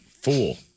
fool